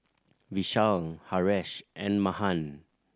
Vishal Haresh and Mahan